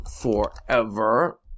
Forever